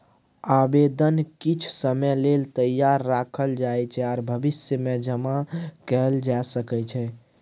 आबेदन किछ समय लेल तैयार राखल जाइ छै आर भविष्यमे जमा कएल जा सकै छै